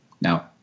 Now